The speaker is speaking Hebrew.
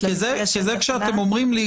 כשאתם אומרים לי,